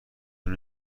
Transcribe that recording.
اون